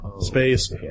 space